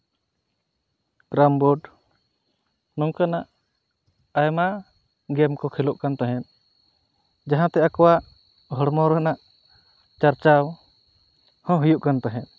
carrom board ᱱᱚᱝᱠᱟᱱᱟᱜ ᱟᱭᱢᱟ game ᱠᱚ ᱠᱷᱮᱞᱳᱜ ᱠᱟᱱ ᱛᱟᱦᱮᱸᱫ ᱡᱟᱦᱟᱸᱛᱮ ᱟᱠᱚᱣᱟᱜ ᱦᱚᱲᱢᱚ ᱨᱮᱱᱟᱜ ᱪᱟᱨᱪᱟᱣ ᱦᱚᱸ ᱦᱩᱭᱩᱜ ᱠᱟᱱ ᱛᱟᱦᱮᱸᱫ